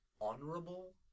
honorable